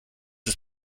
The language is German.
ist